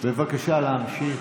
בבקשה להמשיך.